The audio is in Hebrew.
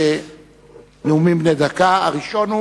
הראשון,